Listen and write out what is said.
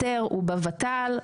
הוא בותמ"ל,